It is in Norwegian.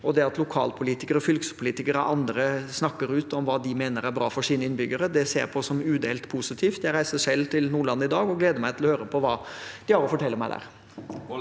og det at lokalpolitikere og fylkespolitikere og andre snakker ut om hva de mener er bra for sine innbyggere, ser jeg på som udelt positivt. Jeg reiser selv til Nordland i dag og gleder meg til å høre på hva de har å fortelle meg der.